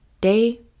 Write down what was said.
day